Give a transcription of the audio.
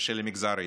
ושל המגזר העסקי.